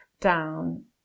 down